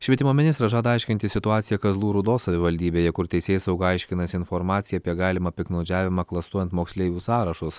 švietimo ministras žada aiškintis situaciją kazlų rūdos savivaldybėje kur teisėsauga aiškinasi informaciją apie galimą piktnaudžiavimą klastojant moksleivių sąrašus